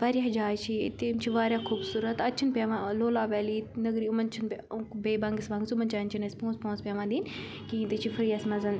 واریاہ جایہِ چھِ ییٚتہِ یِم چھِ واریاہ خوٗبصوٗرت اَتہِ چھِنہٕ پیٚوان لولاب ویلی ییٚتہِ نَگر یِمَن چھِنہٕ بیٚیہِ بَنٛگَس وَنٛگٕس یِمَن جایَن چھِنہٕ اَسہِ پونٛسہٕ پونٛسہٕ پیٚوان دِنۍ کِہیٖنۍ تہِ چھِ فِرٛی یَس منٛز